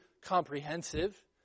comprehensive